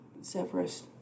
Severus